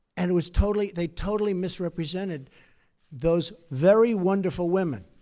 and it was totally they totally misrepresented those very wonderful women,